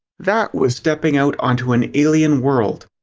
that was stepping out onto an alien world.